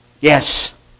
Yes